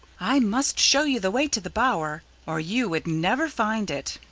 i must show you the way to the bower, or you would never find it.